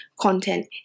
content